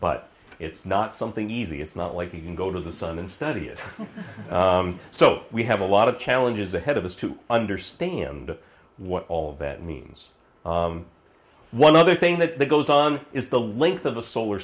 but it's not something easy it's not like you can go to the sun and study it so we have a lot of challenges ahead of us to understand what all that means one other thing that goes on is the length of a solar